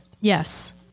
Yes